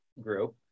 group